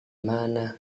mana